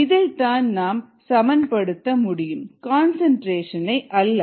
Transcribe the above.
இதைத்தான் நாம் சமன்படுத்த முடியும் கன்சன்ட்ரேஷன் ஐ அல்ல